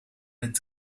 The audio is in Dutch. met